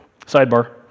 sidebar